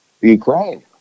Ukraine